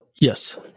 Yes